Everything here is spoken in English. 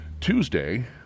Tuesday